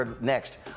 next